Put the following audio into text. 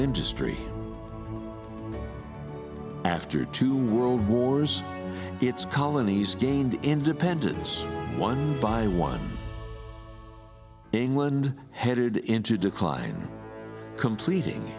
industry after two world wars its colonies gained independence one by one england headed into decline completing